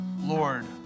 Lord